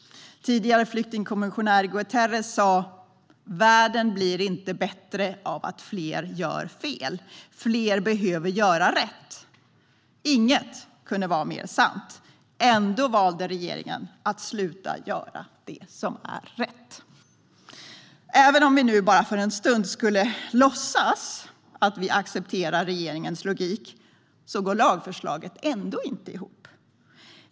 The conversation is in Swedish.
Tidigare flyktingkommissionären Guterres sa: Världen blir inte bättre av att fler gör fel. Fler behöver göra rätt. Inget kunde vara mer sant. Ändå valde regeringen att sluta göra det som är rätt. Även om vi bara för en stund skulle låtsas att vi accepterar regeringens logik går lagförslaget ändå inte ihop.